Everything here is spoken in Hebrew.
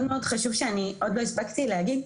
מאוד חשוב שאני עוד לא הספקתי להגיד,